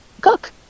cook